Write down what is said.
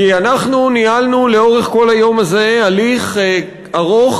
כי אנחנו ניהלנו לאורך כל היום הזה הליך ארוך,